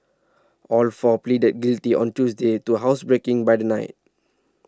all four pleaded guilty on Tuesday to housebreaking by the night